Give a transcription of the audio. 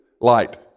light